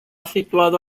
situado